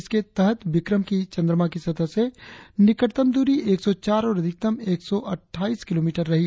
इस के तहत विक्रम की चंद्रमा की सतह से निकटतम दूरी एक सौ चार और अधिकतम एक सौ अट्ठाईस किलोमीटर रही